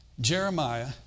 Jeremiah